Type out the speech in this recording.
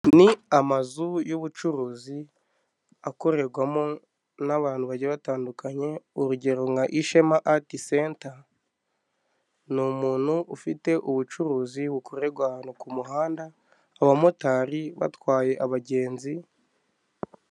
Ni amazu y'ubucuruzi akorerwamo n'abantu ba batandukanye urugero nka ishema ati senta, ni umuntu ufite ubucuruzi bukorerwa ahantu ku muhanda, abamotari batwaye abagenzi.